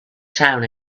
town